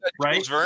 right